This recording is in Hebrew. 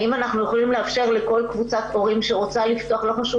האם אנחנו יכולים לאפשר לכל קבוצת הורים שרוצה לא חשוב